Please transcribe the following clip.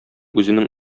үзенең